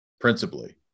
principally